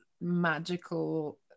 magical